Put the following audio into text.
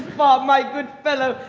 bob, my good fellow.